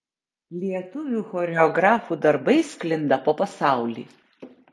lietuvių choreografų darbai sklinda po pasaulį